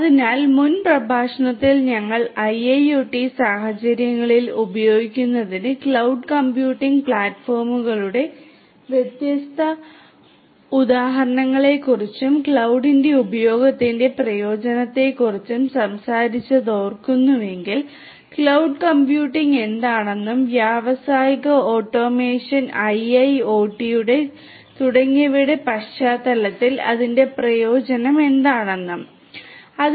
അതിനാൽ മുൻ പ്രഭാഷണത്തിൽ ഞങ്ങൾ IIoT സാഹചര്യങ്ങളിൽ ഉപയോഗിക്കുന്നതിന് ക്ലൌഡ് കമ്പ്യൂട്ടിംഗ് പ്ലാറ്റ്ഫോമുകളുടെ വ്യത്യസ്ത ഉദാഹരണങ്ങളെക്കുറിച്ചും ക്ലൌഡിന്റെ ഉപയോഗത്തിന്റെ പ്രയോജനത്തെക്കുറിച്ചും സംസാരിച്ചത് ഓർക്കുന്നുവെങ്കിൽ ക്ലൌഡ് കമ്പ്യൂട്ടിംഗ് എന്താണെന്നും വ്യാവസായിക ഓട്ടോമേഷൻ IIoT തുടങ്ങിയവയുടെ പശ്ചാത്തലത്തിൽ അതിന്റെ പ്രയോജനം എന്താണെന്നും മറ്റും